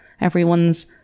everyone's